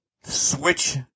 switch